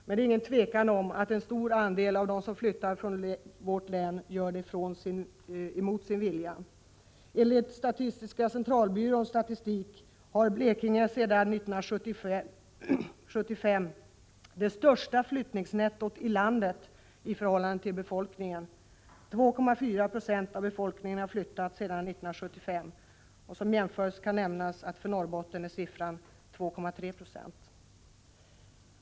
Men det är inget tvivel om att en stor del av dem som flyttar från vårt län gör det mot sin vilja. Enligt statistiska centralbyråns statistik har Blekinge sedan 1975 det största flyttningsnettot i landet i förhållande till befolkningen. 2,4 96 av befolkningen har flyttat sedan 1975. Som jämförelse kan nämnas att motsvarande siffra för Norrbotten är 2,3 9.